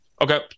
Okay